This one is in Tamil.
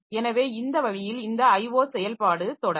எனவே இந்த வழியில் இந்த IO செயல்பாடு தொடரும்